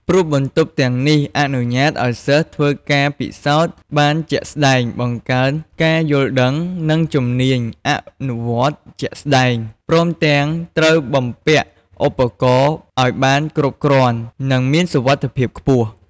ព្រោះបន្ទប់ទាំងនេះអនុញ្ញាតឲ្យសិស្សធ្វើការពិសោធន៍បានជាក់ស្ដែង បង្កើនការយល់ដឹង និងជំនាញអនុវត្តជាក់ស្តែង ព្រមទាំងត្រូវបំពាក់ឧបករណ៍ឲ្យបានគ្រប់គ្រាន់ និងមានសុវត្ថិភាពខ្ពស់។"